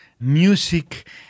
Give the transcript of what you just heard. music